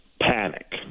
panic